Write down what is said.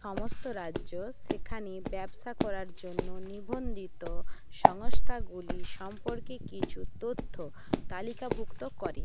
সমস্ত রাজ্য সেখানে ব্যবসা করার জন্য নিবন্ধিত সংস্থাগুলি সম্পর্কে কিছু তথ্য তালিকাভুক্ত করে